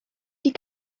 die